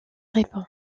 répond